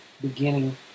beginning